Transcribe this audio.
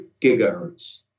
gigahertz